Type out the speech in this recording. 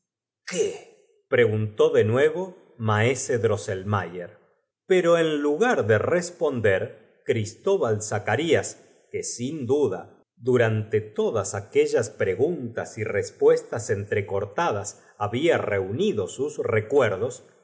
qué preguntó do nuevo maese rosselmayer pero en lugar de responder cristobal zacarias que sin duda duraote todas aquellas preguntas y tespuestas entrecortadas había reunido sus recuetdos